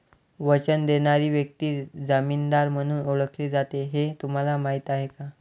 वचन देणारी व्यक्ती जामीनदार म्हणून ओळखली जाते हे तुम्हाला माहीत आहे का?